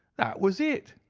that was it,